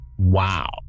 Wow